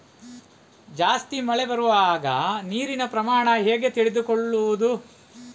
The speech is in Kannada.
ಜಾಸ್ತಿ ಮಳೆ ಬರುವಾಗ ನೀರಿನ ಪ್ರಮಾಣ ಹೇಗೆ ತಿಳಿದುಕೊಳ್ಳುವುದು?